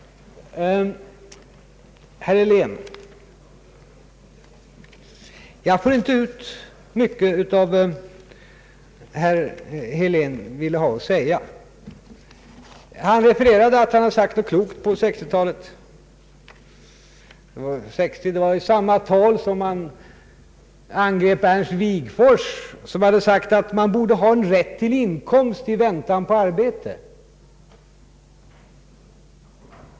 Herr Helén! Jag får inte ut mycket av det herr Helén hade att säga. Han refererade något klokt han sagt på 1960-talet. Det var i samma tal som han angrep Ernst Wigforss, som hade sagt att man borde ha rätt till inkomst i väntan på arbete.